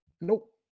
Nope